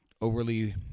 overly